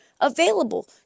available